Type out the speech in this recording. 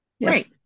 Right